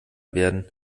werden